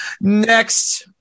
next